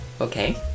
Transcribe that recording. okay